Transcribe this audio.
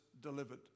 delivered